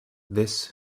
this